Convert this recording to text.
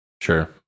Sure